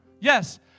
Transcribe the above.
Yes